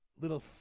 little